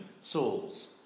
souls